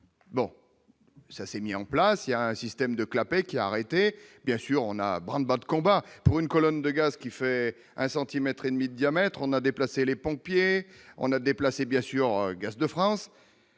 Bon, ça s'est mis en place il y a un système de clapets qui arrêté bien sûr on a Brandt dans le combat pour une colonne de gaz qui fait un centimètre et demi de diamètre on a déplacé les pompiers, on a déplacé, bien sûr, Gaz de France